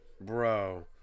Bro